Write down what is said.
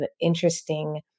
interesting